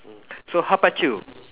mm so how about you